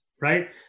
right